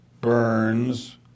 Burns